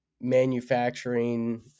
manufacturing